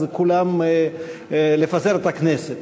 אז כולם לפזר את הכנסת,